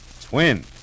Twin